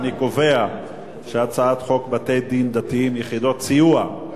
אני קובע שחוק בתי-דין דתיים (יחידות סיוע),